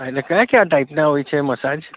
હા એટલે કયા કયા ટાઈપના હોય છે મસાજ